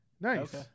Nice